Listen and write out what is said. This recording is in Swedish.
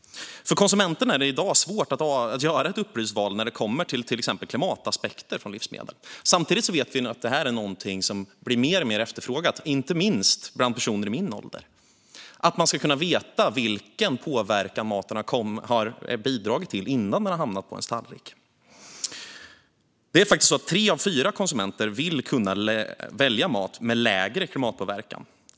För konsumenterna är det i dag svårt att göra ett upplyst val när det kommer till exempelvis klimataspekter på livsmedel. Samtidigt vet vi att detta är någonting som efterfrågas mer och mer, inte minst av personer i min ålder. Man ska kunna veta vilken påverkan maten har haft redan innan den har hamnat på ens tallrik. Det är faktiskt så att tre av fyra konsumenter vill kunna välja mat med lägre klimatpåverkan.